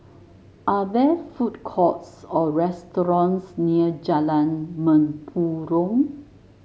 are there food courts or restaurants near Jalan Mempurong